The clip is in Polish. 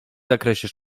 zakresie